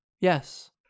yes